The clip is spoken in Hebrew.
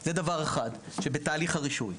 זה דבר אחד בתהליך הרישוי.